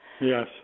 Yes